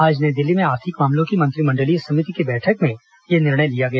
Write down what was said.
आज नई दिल्ली में आर्थिक मामलों की मंत्रिमंडलीय समिति की बैठक में यह निर्णय लिया गया